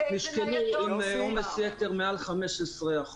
נשקלו עם עומס יתר מעל 15%,